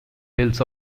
bills